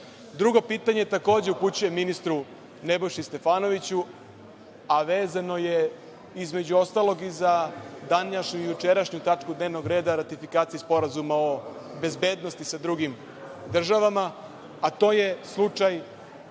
Drugo pitanje takođe upućujem ministru Nebojši Stefanoviću, je, između ostalog, i za današnju i jučerašnju tačku dnevnog reda, ratifikaciji Sporazuma o bezbednosti sa drugim državama, a to je slučaj